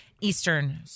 Eastern